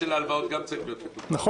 יהיה נכון